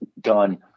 done